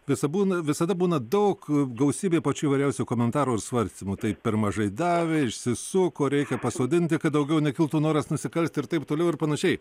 visa būna visada būna daug gausybė pačių įvairiausių komentarų ir svarstymų tai per mažai davė išsisuko reikia pasodinti kad daugiau nekiltų noras nusikalsti ir taip toliau ir panašiai